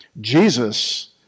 Jesus